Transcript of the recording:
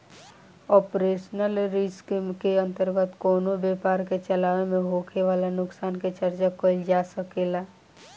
operational risk के अंतर्गत कवनो व्यपार के चलावे में होखे वाला नुकसान के चर्चा कईल जा सकेला